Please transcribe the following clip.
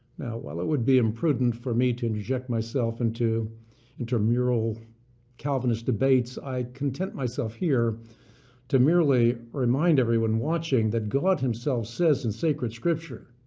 now while it would be imprudent for me to inject myself into intramural calvinist debates, i content myself here to merely remind everyone watching that god himself says in sacred scripture,